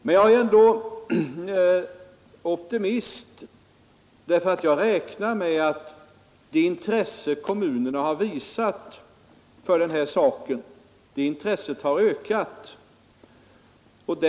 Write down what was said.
Men jag är ändå optimist, eftersom jag räknar med att det intresse kommunerna har visat för denna fråga har ökat.